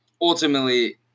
ultimately